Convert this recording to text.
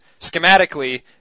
schematically